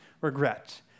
regret